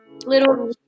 little